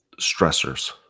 stressors